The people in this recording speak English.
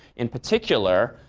in particular,